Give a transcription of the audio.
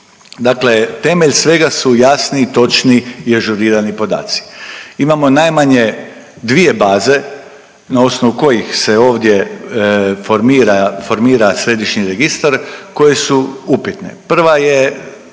Dakle temelj svega su jasni, točni i ažurirani podaci. Imamo najmanje dvije baze na osnovu kojih se ovdje formira, formira središnji registar koje su upitne. Prva je